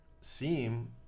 seem